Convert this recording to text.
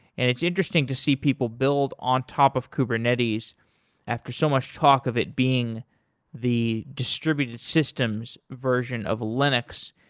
and it's interesting to see people build on top of kubernetes after so much talk of it being the distributed systems version of linux.